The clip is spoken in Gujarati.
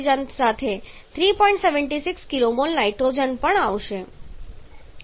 76 kmol નાઇટ્રોજન પણ આવશે